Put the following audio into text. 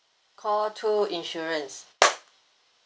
call two insurance